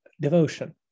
devotion